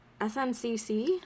SNCC